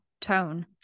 tone